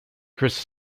chris